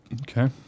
Okay